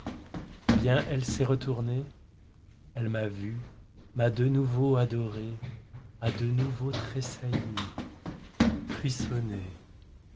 eh bien elle s'est retournée elle m'a vu m'a de nouveau adoré a de nouveau tressailli